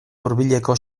hurbileko